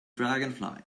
dragonfly